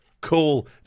Cool